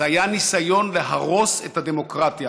זה היה ניסיון להרוס את הדמוקרטיה.